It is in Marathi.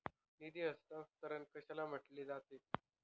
निधी हस्तांतरण कशाला म्हटले जाते?